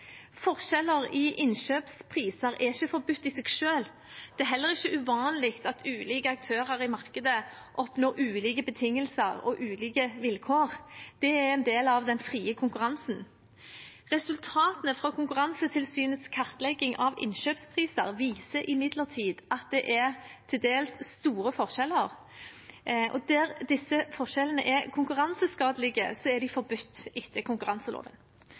Forskjeller i innkjøpspriser er ikke forbudt i seg selv. Det er heller ikke uvanlig at ulike aktører i markedet oppnår ulike betingelser og ulike vilkår. Det er en del av den frie konkurransen. Resultatene fra Konkurransetilsynets kartlegging av innkjøpspriser viser imidlertid at det er til dels store forskjeller, og der disse forskjellene er konkurranseskadelige, er de forbudt etter konkurranseloven.